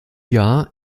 jahr